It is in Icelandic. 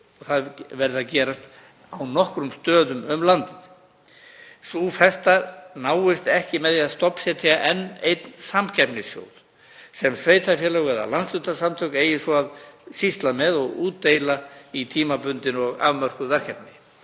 það verði að gerast á nokkrum stöðum um landið. Sú festa náist ekki með því að stofnsetja enn einn samkeppnissjóð sem sveitarfélög eða landshlutasamtök eigi svo að sýsla með og útdeila í tímabundin og afmörkuð verkefni.